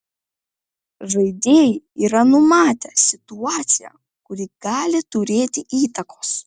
žaidėjai yra numatę situaciją kuri gali turėti įtakos